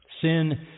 sin